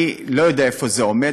אני לא יודע איפה זה עומד,